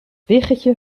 biggetje